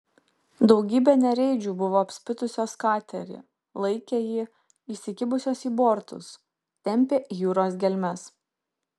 daugybė nereidžių buvo apspitusios katerį laikė jį įsikibusios į bortus tempė į jūros gelmes